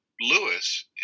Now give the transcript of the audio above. Lewis